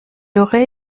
aurait